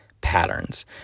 patterns